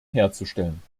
herzustellen